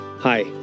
Hi